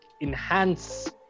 enhance